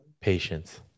Patience